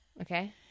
Okay